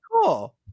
cool